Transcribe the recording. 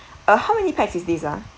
uh how many pax is this ah